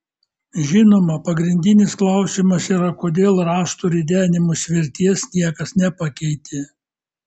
žinoma pagrindinis klausimas yra kodėl rąstų ridenimo svirties niekas nepakeitė